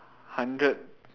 hundred